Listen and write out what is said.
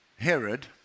Herod